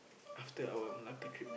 after our Malacca trip